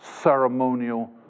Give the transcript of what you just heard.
ceremonial